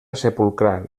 sepulcral